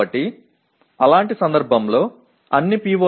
எனவே இதுபோன்ற விஷயத்தில் அனைத்து பி